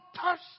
touch